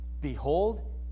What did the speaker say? Behold